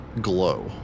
glow